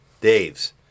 Dave's